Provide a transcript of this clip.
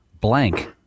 Blank